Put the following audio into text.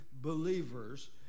believers